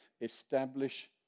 establish